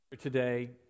today